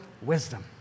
wisdom